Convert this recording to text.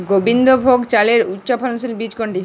গোবিন্দভোগ চালের উচ্চফলনশীল বীজ কোনটি?